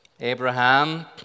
Abraham